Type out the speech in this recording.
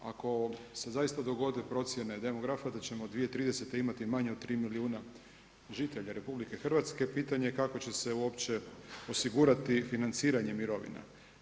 Ako se zaista dogodi procjene demografa da ćemo 2030. imati manje od 3 milijuna žitelja RH, pitanje kako će se uopće osigurati i financiranje mirovina.